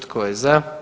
Tko je za?